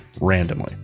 randomly